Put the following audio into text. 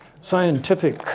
scientific